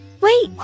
wait